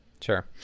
sure